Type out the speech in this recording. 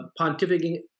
pontificating